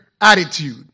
attitude